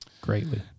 Greatly